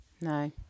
No